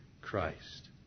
Christ